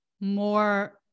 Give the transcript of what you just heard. more